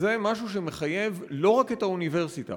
זה משהו שמחייב לא רק את האוניברסיטה